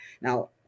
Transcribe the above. Now